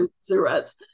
cigarettes